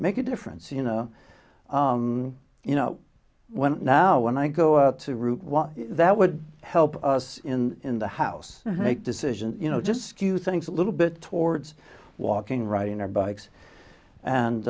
make a difference you know you know when now when i go out to route that would help us in the house make decisions you know just skew things a little bit towards walking riding our bikes and